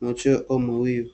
machweo au mawio.